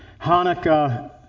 Hanukkah